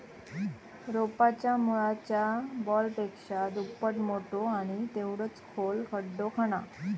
रोपाच्या मुळाच्या बॉलपेक्षा दुप्पट मोठो आणि तेवढोच खोल खड्डो खणा